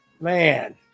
Man